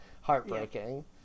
Heartbreaking